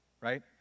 right